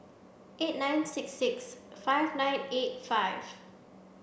eight nine six six five nine eight five